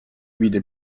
vide